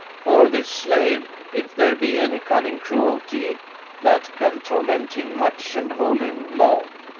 for this slave if there be any cunning cruelty that can torment him much and hold him long,